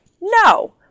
No